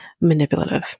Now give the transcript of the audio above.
manipulative